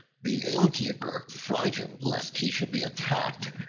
the innkeeper, frightened lest he should be attacked,